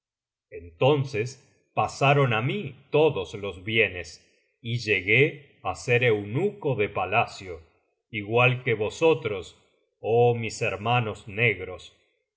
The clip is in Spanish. entonces pasaron a mí todos los bienes y llegué á ser eunuco de palacio igual que vosotros oh mis hermanos negros